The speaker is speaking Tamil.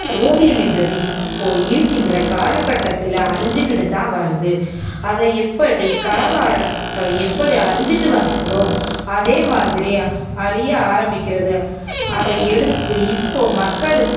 ஓவியம் என்றது இப்போது இருக்கின்ற கால கட்டத்தில் அழிஞ்சிகிட்டுதான் வருது அதை எப்படி கரகாட்டம் எப்படி அழிஞ்சுட்டு வந்ததோ அதே மாதிரி அழிய ஆரம்பிக்கிறது அதை எடுத்து இப்போது மக்களுக்கு